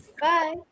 Bye